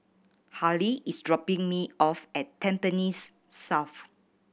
Hali is dropping me off at Tampines South